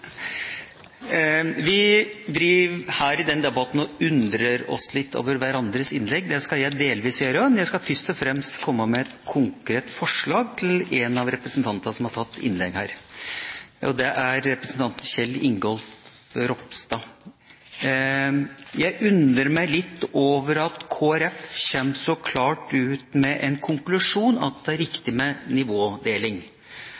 skal jeg delvis gjøre også. Jeg skal likevel først og fremst komme med et konkret forslag til en av representantene som har hatt innlegg her, og det er representanten Kjell Ingolf Ropstad. Jeg undrer meg litt over at Kristelig Folkeparti går så klart ut med den konklusjon at det er